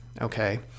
Okay